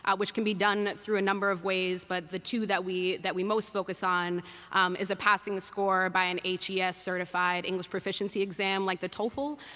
ah which can be done through a number of ways. but the two that we that we most focus on is a passing score by an hes-certified english proficiency exam like the toefl,